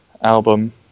album